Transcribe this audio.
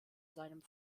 seinem